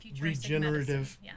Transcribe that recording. regenerative